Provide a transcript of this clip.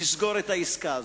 לסגור את העסקה הזאת.